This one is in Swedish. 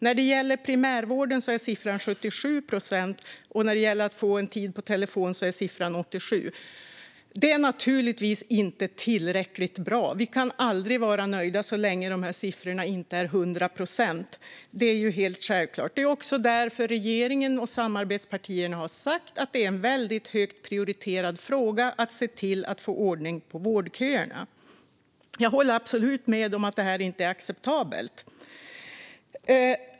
När det gäller primärvården är siffran 77 procent, och när det gäller att få en tid på telefon är den 87 procent. Detta är naturligtvis inte tillräckligt bra. Vi kan aldrig vara nöjda så länge dessa siffror inte är 100 procent; det är helt självklart. Det är också därför regeringen och samarbetspartierna har sagt att det är en väldigt högt prioriterad fråga att se till att få ordning på vårdköerna. Jag håller absolut med om att detta inte är acceptabelt.